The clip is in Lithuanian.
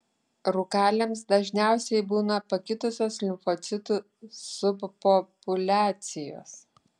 rūkaliams dažniausiai būna pakitusios limfocitų subpopuliacijos